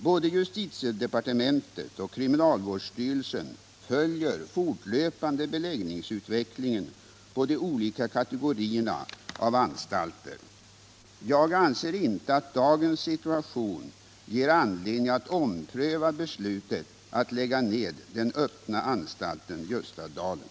Både justitiedepartementet och kriminalvårdsstyrelsen följer fortlöpande beläggningsutvecklingen på de olika kategorierna av anstalter. Jag anser inte att dagens situation ger anledning att ompröva beslutet att lägga ned den öppna anstalten Ljustadalen.